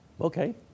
Okay